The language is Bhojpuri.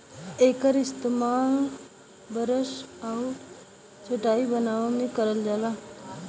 एकर इस्तेमाल बरस आउर चटाई बनाए में करल जाला